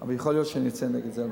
אבל יכול להיות שאני אצא במאבק נגד זה.